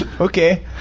Okay